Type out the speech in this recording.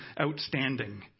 outstanding